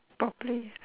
properly